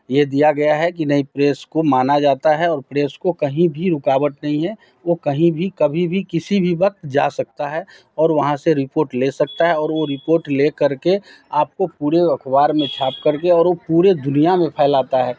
ये दिया गया है कि नहीं प्रेस को माना जाता है और प्रेस को कहीं भी रुकावट नहीं है वो कहीं भी कभी भी किसी भी वक़्त जा सकता है और वहाँ से रिपोट ले सकता है और वो रिपोट ले कर के आप को पुरे अख़बार में छाप कर के और वो पुरे दुनिया में फैलाता है